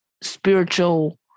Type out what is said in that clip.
spiritual